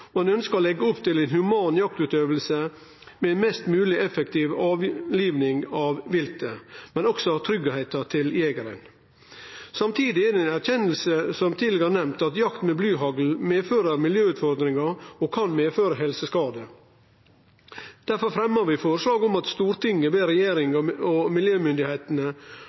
og ønskjer å leggje opp til ei human jaktutøving med ei mest mogleg effektiv avliving av viltet, men også med tanke på tryggheita til jegeren. Samtidig er det ei erkjenning, som tidlegare nemnt, at jakt med blyhagl medfører miljøutfordringar og kan medføre helseskadar. Derfor fremjar vi følgjande forslag til vedtak: «Stortinget ber regjeringen følge utviklingen i bruk av blyhagl, og